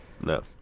No